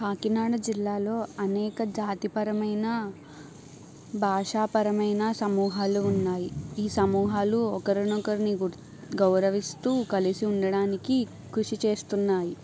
కాకినాడ జిల్లాలో అనేక జాతిపరమైన భాషా పరమైన సముహాలు ఉన్నాయి ఈ సముహాలు ఒకర్నొకర్ని గు గౌర్తిస్తూ కలిసి ఉండడానికి కృషి చేస్తున్నాయి